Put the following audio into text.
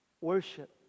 worship